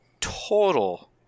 total